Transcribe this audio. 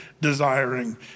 desiring